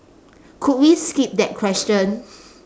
could we skip that question